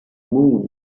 moon